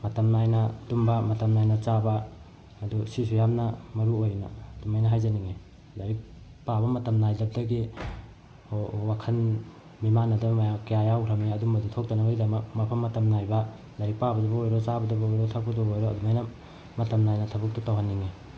ꯃꯇꯝ ꯅꯥꯏꯅ ꯇꯨꯝꯕ ꯃꯇꯝ ꯅꯥꯏꯅ ꯆꯥꯕ ꯑꯗꯨ ꯁꯤꯁꯨ ꯌꯥꯝꯅ ꯃꯔꯨ ꯑꯣꯏꯅ ꯑꯗꯨꯃꯥꯏꯅ ꯍꯥꯏꯖꯅꯤꯡꯏ ꯂꯥꯏꯔꯤꯛ ꯄꯥꯕ ꯃꯇꯝ ꯅꯥꯏꯗꯕꯗꯒꯤ ꯋꯥꯈꯜ ꯃꯤꯃꯥꯟꯅꯗꯕ ꯃꯌꯥꯝ ꯀꯌꯥ ꯌꯥꯎꯈ꯭ꯔꯕꯅꯤ ꯑꯗꯨꯝꯕꯗꯨ ꯊꯣꯛꯇꯅꯕꯒꯤꯗꯃꯛ ꯃꯐꯝ ꯃꯇꯝ ꯅꯥꯏꯕ ꯂꯥꯏꯔꯤꯛ ꯄꯥꯕꯗꯕꯨ ꯑꯣꯏꯔꯣ ꯆꯥꯕꯗꯕꯨ ꯑꯣꯏꯔꯣ ꯊꯛꯄꯗꯕꯨ ꯑꯣꯏꯔꯣ ꯑꯗꯨꯃꯥꯏꯅ ꯃꯇꯝ ꯅꯥꯏꯅ ꯊꯕꯛꯇꯨ ꯇꯧꯍꯟꯅꯤꯡꯏ